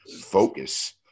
focus